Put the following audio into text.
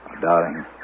Darling